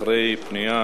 אחרי פנייה